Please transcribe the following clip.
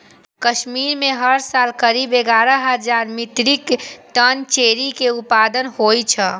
कश्मीर मे हर साल करीब एगारह हजार मीट्रिक टन चेरी के उत्पादन होइ छै